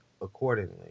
accordingly